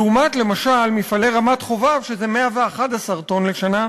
לעומת, למשל, מפעלי רמת-חובב, שזה 111 טון לשנה.